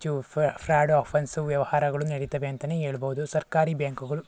ಫ್ರ fraud offence ವ್ಯವಹಾರಗಳು ನಡಿತವೆ ಅಂತನೇ ಹೇಳ್ಬೋದು ಸರ್ಕಾರಿ ಬ್ಯಾಂಕುಗಳು